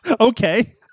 Okay